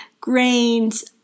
grains